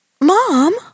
Mom